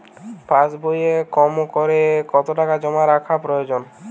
পাশবইয়ে কমকরে কত টাকা জমা রাখা প্রয়োজন?